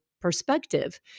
perspective